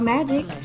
Magic